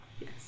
Yes